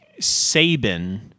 Saban